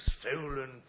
stolen